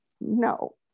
No